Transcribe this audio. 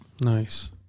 Nice